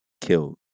killed